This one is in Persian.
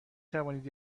توانید